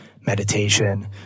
meditation